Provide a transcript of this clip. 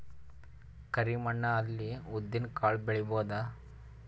ಕರಿ ಮಣ್ಣ ಅಲ್ಲಿ ಉದ್ದಿನ್ ಕಾಳು ಬೆಳಿಬೋದ?